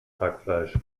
hackfleisch